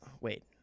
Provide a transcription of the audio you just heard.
wait